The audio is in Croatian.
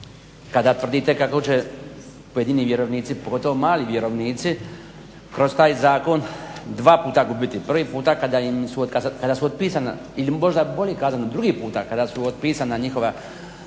kada tvrdite kako će pojedini vjerovnici pogotovo mali vjerovnici kroz taj zakon dva puta gubiti, prvi puta kada su otpisana ili možda bolje kazniti drugi puta kada su otpisana njihova